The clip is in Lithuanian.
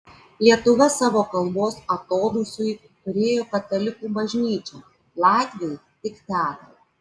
lietuva savo kalbos atodūsiui turėjo katalikų bažnyčią latviai tik teatrą